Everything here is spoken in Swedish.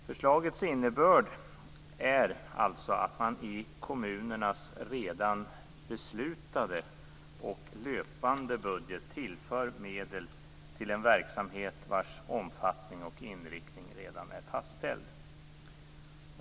Förslagets innebörd är alltså att man i kommunernas redan beslutade och löpande budget tillför medel till en verksamhet vars omfattning och inriktning redan är fastställd.